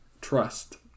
trust